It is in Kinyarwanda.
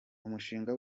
umushinga